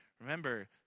Remember